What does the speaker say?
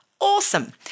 Awesome